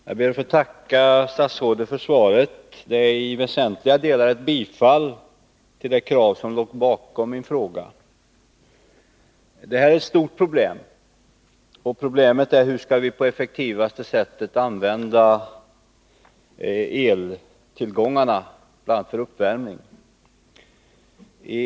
Herr talman! Jag ber att få tacka statsrådet för svaret. Det innebär i väsentliga delar ett bifall till det krav som låg bakom min fråga. Detta är ett stort problem, och frågan gäller: Hur skall vi på effektivaste möjliga sätt använda eltillgångarna bl.a. för uppvärmning?